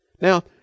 Now